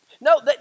No